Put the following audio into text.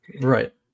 Right